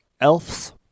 elves